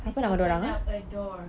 it's open up a door